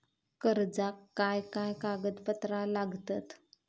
कर्जाक काय काय कागदपत्रा लागतत?